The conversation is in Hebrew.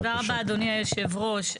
תודה רבה אדוני יושב הראש.